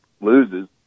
loses